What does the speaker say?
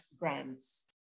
grants